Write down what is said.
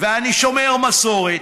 ואני שומר מסורת,